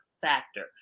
factor